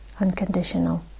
unconditional